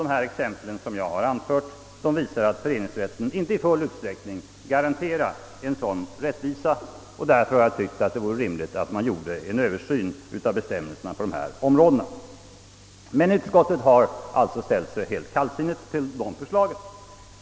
De exempel som jag anfört visar att föreningsrättslagstiftningen inte i full utsträckning garanterar sådan rättvisa. Därför har jag ansett det vara rimligt att göra en översyn av bestämmelserna. Men utskottet har ställt sig helt kallsinnigt till förslagen.